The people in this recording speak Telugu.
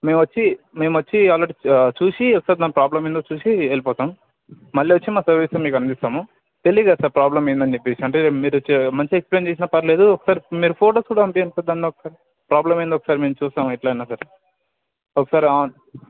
మేము వచ్చి మేము వచ్చి ఆల్రెడీ చూసి ఒకసారి దాన్ని ప్రోబ్లం ఏందో చూసి వెళ్ళిపోతాం మరల వచ్చి మా సర్వీసు మీకు అందిస్తాము తెలియదు కదా సార్ ప్రోబ్లం ఏమని అని అంటే మీరు వచ్చి మంచి ఎక్స్ప్లెయిన్ చేసిన పర్వాలేదు ఒకసారి మీరు ఫొటోస్ కూడా పంపియండి సార్ దాన్ని ఒకసారి ప్రోబ్లం ఏందో ఒకసారి మేము చూస్తాం ఎట్లయినా సరే ఒకసారి ఆన్